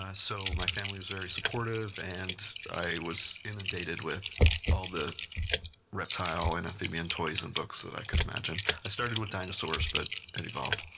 so my family was very supportive and i was inundated with all the reptile and amphibian toys and books that i could imagine. i started with dinosaurs but it evolved.